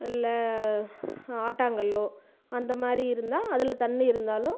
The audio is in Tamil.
இல்லை ஆட்டாங்கல்லோ அந்த மாதிரி இருந்தால் அதில் தண்ணி இருந்தாலும்